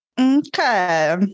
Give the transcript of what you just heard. Okay